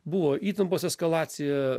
buvo įtampos eskalacija